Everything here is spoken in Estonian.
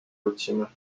otsima